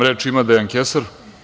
Reč ima Dejan Kesar.